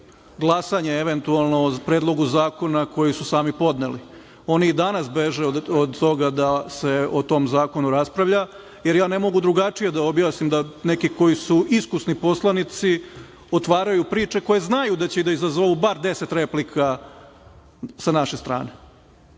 glasanje, eventualno, o predlogu zakona koji su sami podneli. Oni i danas beže da se o tom zakonu raspravlja, jer ja ne mogu drugačije da objasnim da neki koji su iskusni poslanici otvaraju priče koje znaju da će da izazovu bar 10 replika sa naše strane.